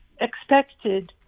expected